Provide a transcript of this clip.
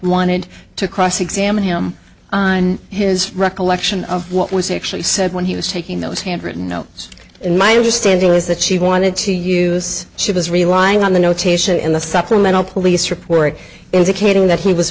wanted to cross examine him on his recollection of what was actually said when he was taking those handwritten notes in my understanding is that she wanted to use she was relying on the notation in the supplemental police report indicating that he was